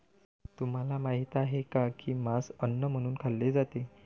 तुम्हाला माहित आहे का की मांस अन्न म्हणून खाल्ले जाते?